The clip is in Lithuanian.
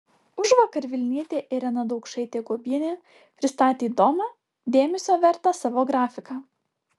užvakar vilnietė irena daukšaitė guobienė pristatė įdomią dėmesio vertą savo grafiką